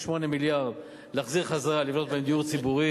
את ה-1.8 מיליארד ולבנות בזה דיור ציבורי.